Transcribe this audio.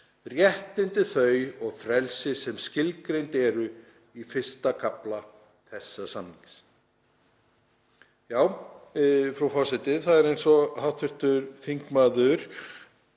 réttindi þau og frelsi sem skilgreind eru í I. kafla þessa samnings.“